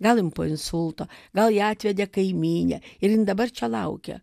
gal jin po insulto gal ją atvedė kaimynė ir jin dabar čia laukia